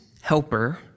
helper